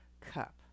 cup